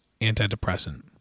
antidepressant